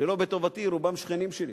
שלא בטובתי, הם רוב השכנים שלי.